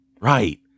right